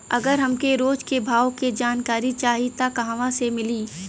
अगर हमके रोज के भाव के जानकारी चाही त कहवा से मिली?